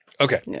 okay